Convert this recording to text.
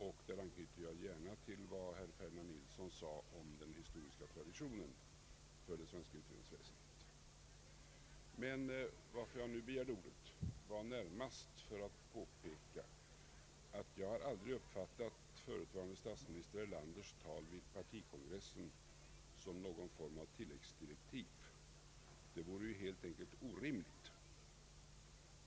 Där anknyter jag till vad herr Ferdinand Nilsson sade om den historiska traditionen för det svenska utredningsväsendet. Jag begärde ordet närmast för att påpeka att jag aldrig uppfattat förutvarande statsminister Erlanders tal vid partikongressen som någon form av tilläggsdirektiv. Det vore ju helt enkelt orimligt.